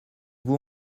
vous